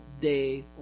day